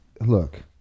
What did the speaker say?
look